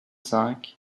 cinq